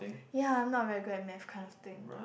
ya I'm not very good and Math kind of thing